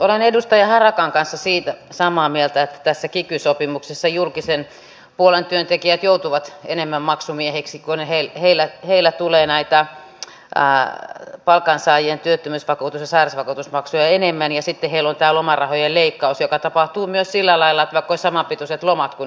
olen edustaja harakan kanssa siitä samaa mieltä että tässä kiky sopimuksessa julkisen puolen työntekijät joutuvat enemmän maksumiehiksi kun heillä tulee näitä palkansaajien työttömyysvakuutus ja sairausvakuutusmaksuja enemmän ja sitten heillä on tämä lomarahojen leikkaus joka tapahtuu myös sillä lailla vaikka olisi samanpituiset lomat kuin yksityisellä